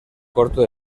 corto